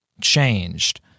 changed